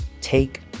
Take